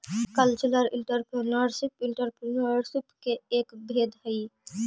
cultural entrepreneurship entrepreneurship के एक भेद हई